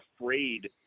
afraid